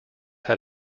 had